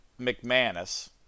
McManus